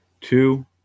two